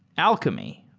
alchemy,